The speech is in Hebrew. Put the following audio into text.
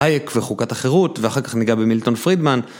וחוקת החירות, ואחר כך ניגע במילטון פרידמן.